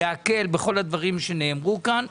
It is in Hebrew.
להקל בכל הדברים שנאמרו כאן,